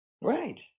Right